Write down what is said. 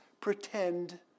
pretend